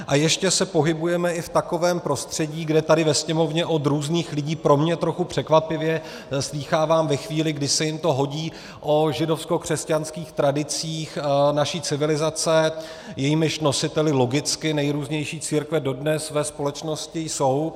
A ještě se pohybujeme i v takovém prostředí, kde tady ve Sněmovně od různých lidí pro mě trochu překvapivě slýchávám ve chvíli, kdy se jim to hodí, o židovskokřesťanských tradicích naší civilizace, jejímiž nositeli logicky nejrůznější církve dodnes ve společnosti jsou.